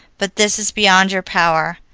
but this is beyond your power,